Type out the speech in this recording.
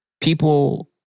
People